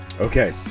Okay